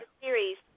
series